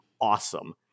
awesome